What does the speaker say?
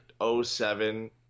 07